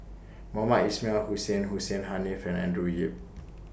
Mohamed Ismail Hussain Hussein Haniff and Andrew Yip